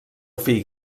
fill